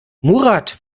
murat